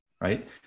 right